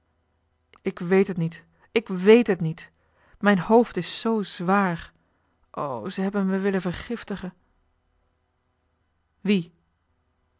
ik weet het niet ik wéét het niet mijn hoofd is zoo zwaar o ze hebben me willen vergiftigen wie